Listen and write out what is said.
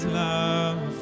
love